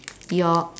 your